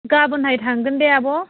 गाबोनहाय थांगोन दे आब'